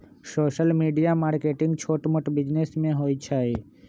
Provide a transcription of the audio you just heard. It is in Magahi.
सोशल मीडिया मार्केटिंग छोट मोट बिजिनेस में होई छई